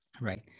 right